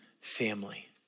family